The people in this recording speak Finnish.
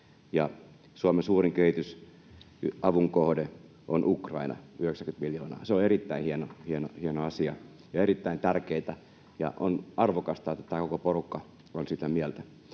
Suomen suurin kehitysavun kohde on Ukraina, 90 miljoonaa. Se on erittäin hieno, hieno asia ja erittäin tärkeätä, ja on arvokasta, että tämä koko porukka on sitä mieltä.